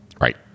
Right